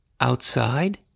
Outside